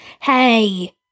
Hey